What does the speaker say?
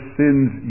sins